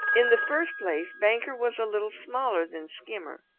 in the first place banker was a little smaller than skimmer.